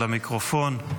אל המיקרופון.